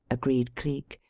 agreed cleek.